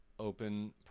Open